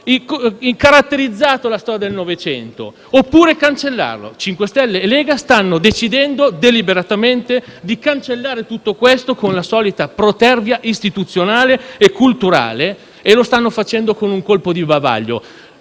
caratterizzato la storia del Novecento. Il Movimento 5 Stelle e la Lega stanno decidendo deliberatamente di cancellare tutto questo con la solita protervia istituzionale e culturale e lo stanno facendo con un colpo di bavaglio.